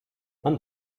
man